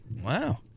Wow